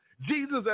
Jesus